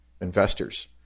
investors